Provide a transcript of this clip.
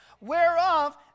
Whereof